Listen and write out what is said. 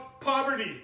poverty